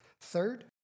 Third